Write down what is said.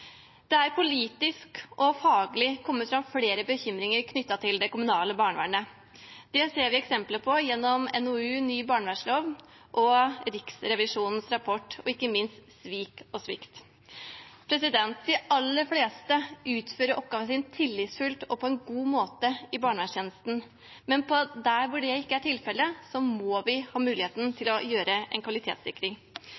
Det er politisk og faglig kommet fram flere bekymringer knyttet til det kommunale barnevernet. Det ser vi eksempler på gjennom NOU-en Ny barnevernslov, Riksrevisjonens rapport og ikke minst Svikt og svik. De aller fleste i barnevernstjenesten utfører oppgaven sin tillitsfullt og på en god måte, men der hvor det ikke er tilfellet, må vi ha muligheten